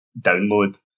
download